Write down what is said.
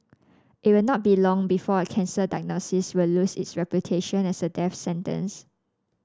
it will not be long before a cancer diagnosis will lose its reputation as a death sentence